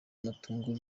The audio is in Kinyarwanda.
matungo